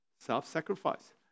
Self-sacrifice